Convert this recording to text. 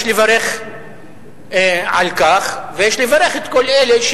יש לברך על כך ויש לברך את כל אלה,